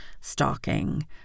stalking